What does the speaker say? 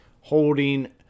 holding